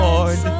Lord